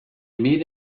met